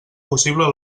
possible